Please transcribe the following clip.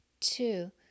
two